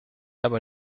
aber